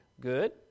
Good